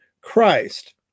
Christ